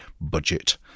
budget